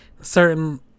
certain